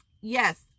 Yes